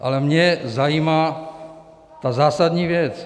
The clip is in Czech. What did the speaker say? Ale mě zajímá ta zásadní věc.